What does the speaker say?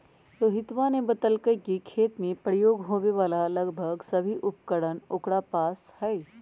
रोहितवा ने बतल कई कि खेत में प्रयोग होवे वाला लगभग सभी उपकरण ओकरा पास हई